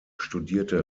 studierte